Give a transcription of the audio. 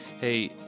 Hey